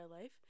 life